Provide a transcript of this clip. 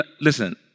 listen